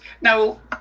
Now